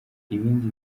ibindi